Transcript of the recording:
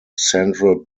central